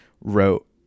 wrote